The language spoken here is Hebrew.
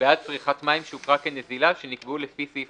בעד צריכת מים שהוכרה כנזילה שנקבעו לפי סעיף